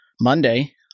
Monday